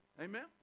Amen